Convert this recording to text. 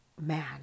Man